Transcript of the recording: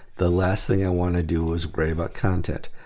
the last thing i want to do was worry about content.